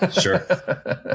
Sure